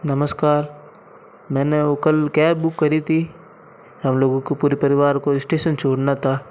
नमस्कार मैंने वो कल कैब बुक करी थी हम लोगों के पूरे परिवार को स्टेशन छोड़ना था